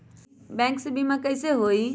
Bank से बिमा कईसे होई?